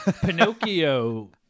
Pinocchio